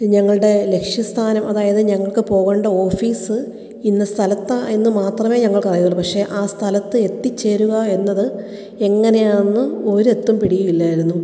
ഞങ്ങളുടെ ലക്ഷ്യ സ്ഥാനം അതായത് ഞങ്ങൾക്ക് പോകണ്ട ഓഫീസ് ഇന്ന സ്ഥലത്താണ് എന്ന് മാത്രമേ ഞങ്ങൾക്ക് അറിയുകയുള്ളൂ പക്ഷെ ആ സ്ഥലത്ത് എത്തിച്ചേരുക എന്നത് എങ്ങനെയാണെന്ന് ഒരു എത്തും പിടിയും ഇല്ലായിരുന്നു